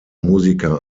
musiker